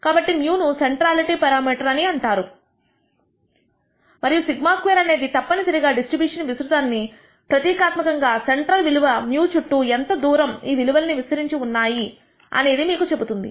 కాబట్టి μ ను centrality parameter అని అంటారు మరియు σ2 అనేది తప్పనిసరి గా డిస్ట్రిబ్యూషన్ విస్తృతాన్ని ప్రతీకాత్మకంగా సెంట్రల్ విలువ μ చుట్టూ ఎంత దూరం ఈ విలువలన్నీ విస్తరించి ఉన్నాయి అని మీకు చెబుతుంది